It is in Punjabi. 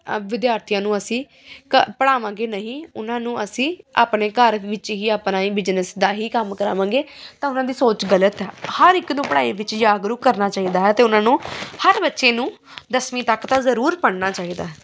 ਵਿਦਿਆਰਥੀਆਂ ਨੂੰ ਅਸੀਂ ਕ ਪੜ੍ਹਾਵਾਂਗੇ ਨਹੀਂ ਉਹਨਾਂ ਨੂੰ ਅਸੀਂ ਆਪਣੇ ਘਰ ਵਿੱਚ ਹੀ ਅਪਣਾ ਹੀ ਬਿਜਨਸ ਦਾ ਹੀ ਕੰਮ ਕਰਾਵਾਂਗੇ ਤਾਂ ਉਹਨਾਂ ਦੀ ਸੋਚ ਗਲਤ ਆ ਹਰ ਇੱਕ ਨੂੰ ਪੜ੍ਹਾਈ ਵਿੱਚ ਜਾਗਰੂਕ ਕਰਨਾ ਚਾਹੀਦਾ ਹੈ ਅਤੇ ਉਹਨਾਂ ਨੂੰ ਹਰ ਬੱਚੇ ਨੂੰ ਦਸਵੀਂ ਤੱਕ ਤਾਂ ਜ਼ਰੂਰ ਪੜ੍ਹਨਾ ਚਾਹੀਦਾ ਹੈ